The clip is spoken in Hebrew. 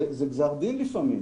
זה גזר דין לפעמים.